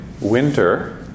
winter